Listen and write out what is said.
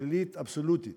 שלילית אבסולוטית,